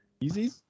Easy